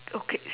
okay